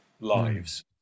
lives